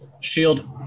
Shield